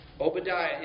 Obadiah